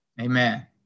Amen